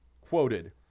quoted